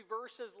verses